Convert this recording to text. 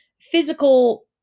physical